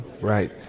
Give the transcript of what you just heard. Right